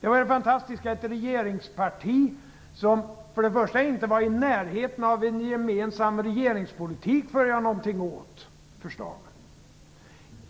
Det var det fantastiska, ett regeringsparti som inte var i närheten av en gemensam regeringspolitik för att göra någonting åt problemen.